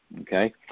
okay